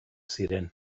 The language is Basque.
ziren